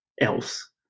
else